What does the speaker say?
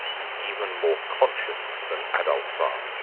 and even more conscious than adults are.